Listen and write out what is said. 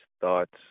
thoughts